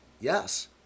Yes